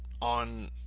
on